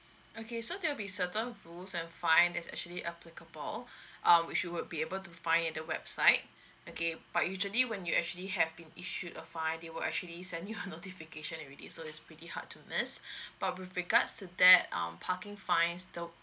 okay so there'll be certain rules and fine that's actually applicable um which you would be able to find at the website okay but usually when you actually have been issued a fine they will actually send you a notification already so it's pretty hard to nurse but with regards to that um parking fines the